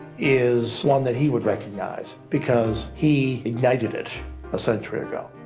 is one that he would recognize, because he ignited it a century ago.